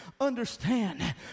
understand